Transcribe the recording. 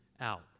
out